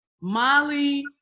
Molly